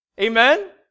Amen